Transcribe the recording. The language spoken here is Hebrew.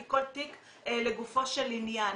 כי כל תיק לגופו של עניין,